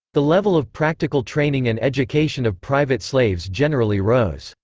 the level of practical training and education of private slaves generally rose.